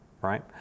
right